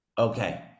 Okay